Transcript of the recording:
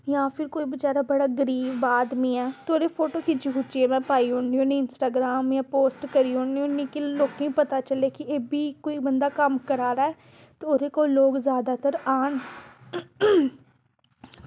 जां फ्ही कोई बेचारा बड़ा गरीब आदमी ऐ ते ओह्दी फोटो खिच्ची खुच्चियै में पाई ओड़नी होन्नी इंस्टाग्राम जां पोस्ट करी ओड़नी होन्नी कि लोकें ई पता चलै कि एह् बी बंदा कोई कम्म करा दा ऐ ते ओह्दे कोल लोक जादातर आन